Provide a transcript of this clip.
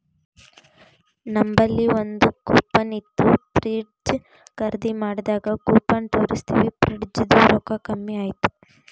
ನಂಬಲ್ಲಿ ಒಂದ್ ಕೂಪನ್ ಇತ್ತು ಫ್ರಿಡ್ಜ್ ಖರ್ದಿ ಮಾಡಾಗ್ ಕೂಪನ್ ತೋರ್ಸಿನಿ ಫ್ರಿಡ್ಜದು ರೊಕ್ಕಾ ಕಮ್ಮಿ ಆಯ್ತು